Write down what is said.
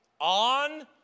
on